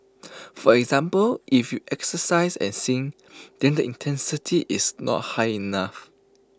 for example if you exercise and sing then the intensity is not high enough